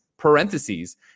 parentheses